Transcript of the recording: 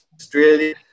Australia